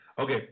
Okay